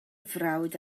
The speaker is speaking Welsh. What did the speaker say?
frawd